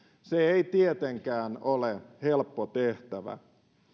se ei tietenkään ole helppo tehtävä